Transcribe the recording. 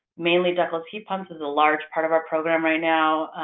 mainly ductless heat pumps is a large part of our program right now.